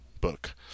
book